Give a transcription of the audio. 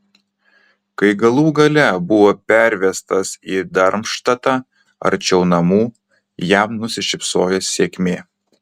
kai galų gale buvo pervestas į darmštatą arčiau namų jam nusišypsojo sėkmė